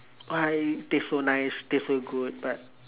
why taste so nice taste so good but